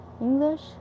English